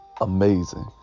amazing